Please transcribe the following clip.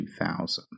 2000